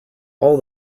all